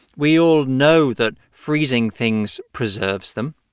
we all know that freezing things preserves them.